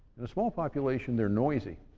in a small population they're noisy,